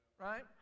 right